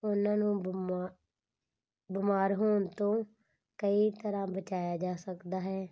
ਉਹਨਾਂ ਨੂੰ ਬਿਮਾ ਬਿਮਾਰ ਹੋਣ ਤੋਂ ਕਈ ਤਰ੍ਹਾਂ ਬਚਾਇਆ ਜਾ ਸਕਦਾ ਹੈ